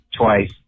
twice